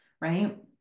right